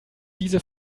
diese